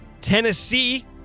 Tennessee